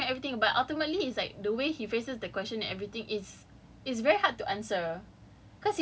I mean you can give clues like he can tell us everything but ultimately it's like the way he phrases the questions and everything is